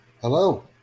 Hello